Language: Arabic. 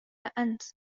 أنت